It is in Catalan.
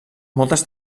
moltes